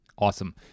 Awesome